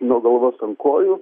nuo galvos ant kojų